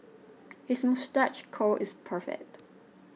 his moustache curl is perfect